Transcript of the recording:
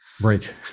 Right